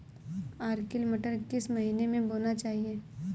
Arkel मटर किस महीना में बोना चाहिए?